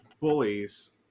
bullies